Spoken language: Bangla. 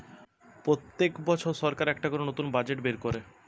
পোত্তেক বছর সরকার একটা করে নতুন বাজেট বের কোরে